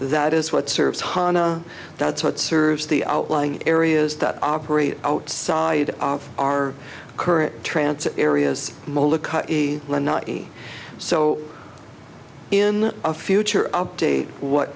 that is what serves honna that's what serves the outlying areas that operate outside of our current transit areas not so in a future update what